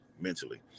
mentally